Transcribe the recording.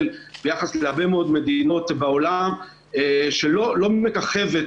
ביחס להרבה מאוד מדינות בעולם שלא מככבת,